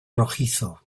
rojizo